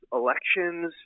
elections